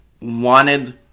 wanted